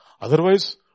Otherwise